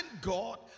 God